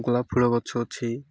ଗୋଲାପ ଫୁଳ ଗଛ ଅଛି